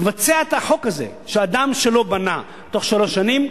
תבצע את החוק הזה שאדם שלא בנה בתוך שלוש שנים,